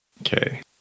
Okay